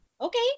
okay